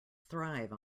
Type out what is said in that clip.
thrive